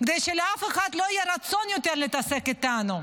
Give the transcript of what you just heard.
כדי שלאף אחד לא יהיה רצון יותר להתעסק איתנו,